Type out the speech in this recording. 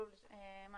מה